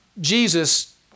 Jesus